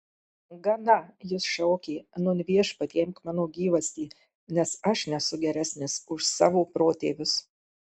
gana jis šaukė nūn viešpatie imk mano gyvastį nes aš nesu geresnis už savo protėvius